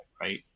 right